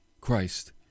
Christ